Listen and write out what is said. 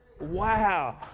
Wow